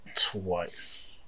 twice